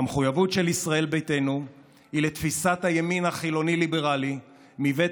המחויבות של ישראל ביתנו היא לתפיסת הימין החילוני-ליברלי מבית